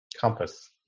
compass